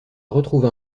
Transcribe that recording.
retrouva